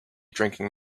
drinking